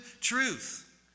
truth